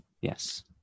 Yes